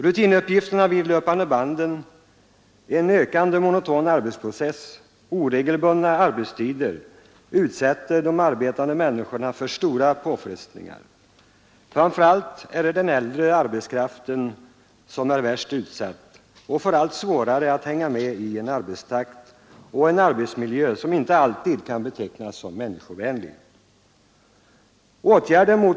Rutinuppgifterna vid löpande banden, en monoton arbetsprocess och oregelbundna arbetstider utsätter de arbetande människorna för stora påfrestningar. Den äldre arbetskraften är värst utsatt och får allt svårare att hänga med i en arbetstakt och en arbetsmiljö som inte alltid kan betecknas som människovänlig.